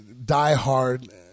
Die-hard